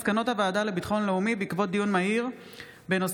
מסקנות הוועדה לביטחון לאומי בעקבות דיון מהיר בהצעתם